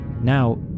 Now